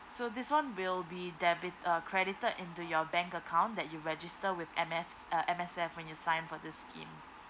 so this one will be debit uh credited into your bank account that you register with M_S~ M_S_F when you sign for this scheme